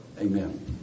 Amen